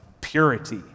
purity